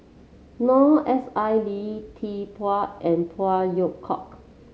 Noor S I Lee Tzu Pheng and Phey Yew Kok